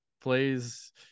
plays